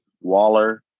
waller